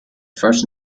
first